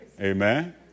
Amen